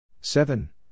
Seven